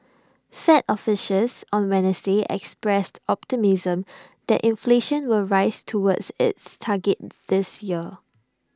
fed officials on Wednesday expressed optimism that inflation will rise towards its target this year